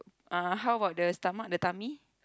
uh how about the stomach the tummy